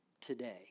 today